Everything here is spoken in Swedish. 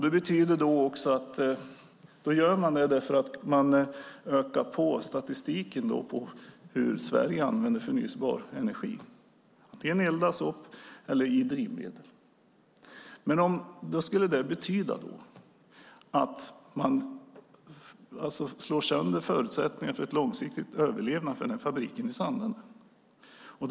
Det betyder också att man gör det för att öka statistiken på hur Sverige använder förnybar energi. Den eldas upp eller ger drivmedel. Det skulle betyda att man slår sönder förutsättningarna för en långsiktig överlevnad för fabriken i Sandarne.